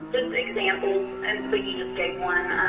just examples, and but you just gave one.